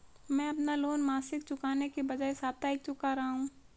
मैं अपना लोन मासिक चुकाने के बजाए साप्ताहिक चुका रहा हूँ